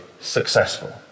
successful